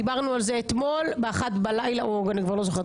דיברנו על זה אתמול ב-01:00 בלילה או אני כבר לא זוכרת,